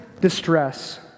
distress